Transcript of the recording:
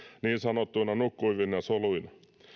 niin sanottuina nukkuvina soluina